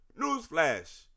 Newsflash